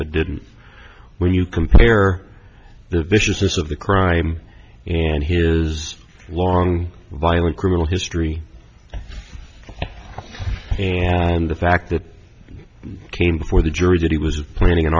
but didn't when you compare the viciousness of the crime and his long violent criminal history and the fact that came before the jury that he was planning an